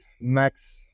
Max